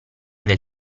del